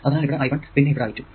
അതിനാൽ ഇവിടെ i1 പിന്നെ ഇവിടെ i2